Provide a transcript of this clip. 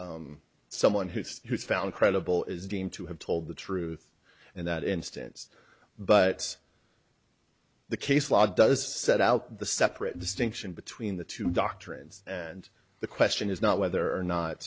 that someone who has found credible is deemed to have told the truth in that instance but the case law does set out the separate distinction between the two doctrines and the question is not whether or not